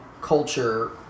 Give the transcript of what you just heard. culture